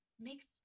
makes